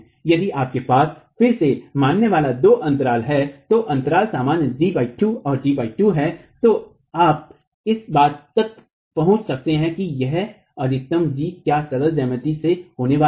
यदि आपके पास फिर से मानने वाले दो अंतराल हैं तो अंतराल समान g 2 और g 2 हैं तो आप इस बात पर पहुंच सकते हैं कि यह अधिकतम g क्या सरल ज्यामिति से होने वाला है